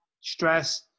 stress